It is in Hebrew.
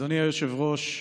אדוני היושב-ראש,